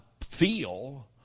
feel